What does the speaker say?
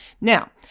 Now